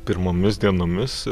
pirmomis dienomis